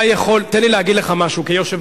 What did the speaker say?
תן לי להגיד לך משהו כיושב-ראש ועדה,